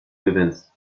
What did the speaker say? gewinnst